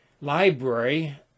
library